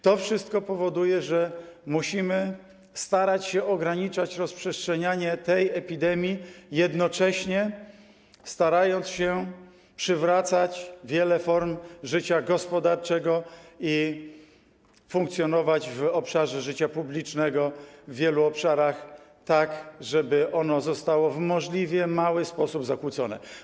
To wszystko powoduje, że musimy starać się ograniczać rozprzestrzenianie tej epidemii, jednocześnie starając się przywracać wiele form życia gospodarczego i funkcjonować w życiu publicznym w wielu obszarach, tak żeby ono zostało w możliwie mały sposób zakłócone.